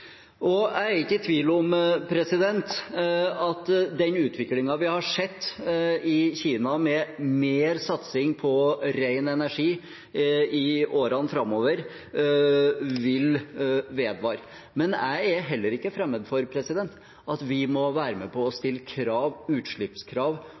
Jeg er ikke i tvil om at den utviklingen vi har sett i Kina med mer satsing på ren energi, i årene framover vil vedvare, men jeg er heller ikke fremmed for at vi skal være med på å